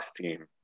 team